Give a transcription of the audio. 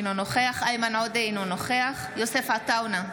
אינו נוכח איימן עודה, אינו נוכח יוסף עטאונה,